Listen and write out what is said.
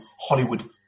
Hollywood